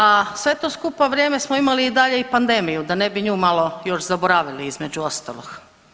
A sve to skupa vrijeme smo imali i dalje i pandmemiju da ne bi nju malo još zaboravili između ostalog.